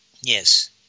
Yes